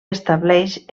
estableix